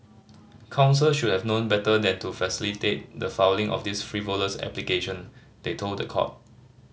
counsel should have known better than to facilitate the filing of this frivolous application they told the court